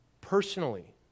personally